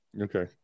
okay